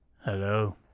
Hello